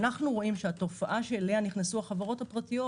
אנחנו רואים שהתופעה שאליה נכנסו החברות הפרטיות,